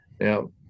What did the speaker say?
Now